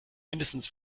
mindestens